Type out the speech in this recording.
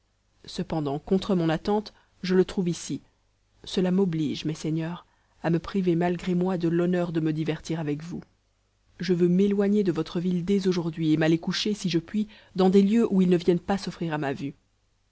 cependant contre mon attente je le trouve ici cela m'oblige mes seigneurs à me priver malgré moi de l'honneur de me divertir avec vous je veux m'éloigner de votre ville dès aujourd'hui et m'aller coucher si je puis dans des lieux où il ne vienne pas s'offrir à ma vue